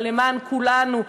על "למען כולנו".